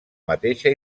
mateixa